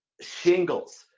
shingles